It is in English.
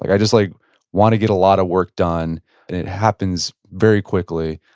like i just like want to get a lot of work done and it happens very quickly.